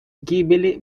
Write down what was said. гибели